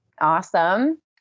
Awesome